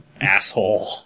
Asshole